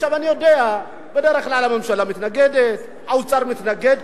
אני יודע, בדרך כלל הממשלה מתנגדת, האוצר מתנגד.